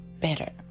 better